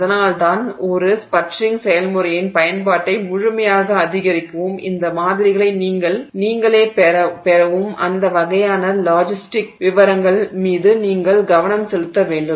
அதனால்தான் ஒரு ஸ்பட்டரிங் செயல்முறையின் பயன்பாட்டை முழுமையாக அதிகரிக்கவும் இந்த மாதிரிகளை நீங்களே பெறவும் அந்த வகையான லாஜிஸ்டிக் விவரங்கள் மீது நீங்கள் கவனம் செலுத்த வேண்டும்